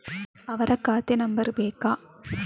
ಅವರ ಖಾತೆ ನಂಬರ್ ಬೇಕಾ?